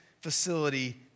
facility